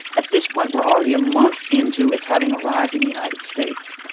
at this point, we're already a month into its having arrived in the united states.